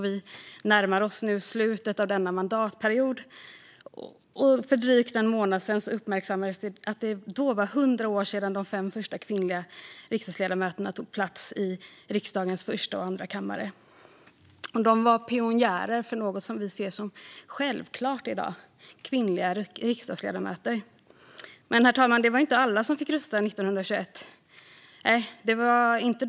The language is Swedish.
Vi närmar oss nu slutet av denna mandatperiod, och för drygt en månad sedan uppmärksammades att det då var 100 år sedan de fem första kvinnliga riksdagsledamöterna tog plats i riksdagens första och andra kammare. De var pionjärer för något vi i dag ser som självklart, nämligen kvinnliga riksdagsledamöter. Men, herr talman, det var inte alla som fick rösta efter 1921.